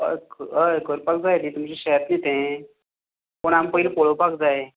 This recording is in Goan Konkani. हय करपाक जाय ती तुमचें शेत न्ही तें पूण आमी पयली पळोपाक जाय